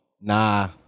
Nah